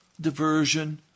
diversion